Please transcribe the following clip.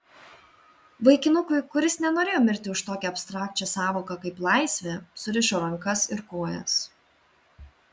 vaikinukui kuris nenorėjo mirti už tokią abstrakčią sąvoką kaip laisvė surišo rankas ir kojas